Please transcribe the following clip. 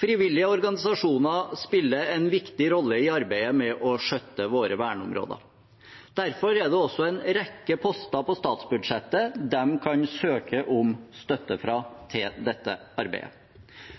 Frivillige organisasjoner spiller en viktig rolle i arbeidet med å skjøtte våre verneområder. Derfor er det også en rekke poster på statsbudsjettet de kan søke om støtte fra til dette arbeidet.